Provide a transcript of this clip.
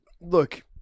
look